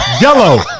yellow